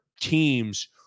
teams